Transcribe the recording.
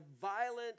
violent